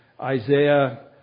Isaiah